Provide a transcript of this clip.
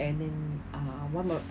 and then ah one of